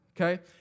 Okay